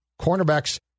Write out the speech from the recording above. cornerbacks